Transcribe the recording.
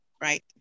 right